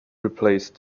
replace